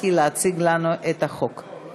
אנחנו עוברים להצעת חוק השכירות והשאילה (תיקון),